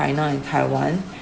china and taiwan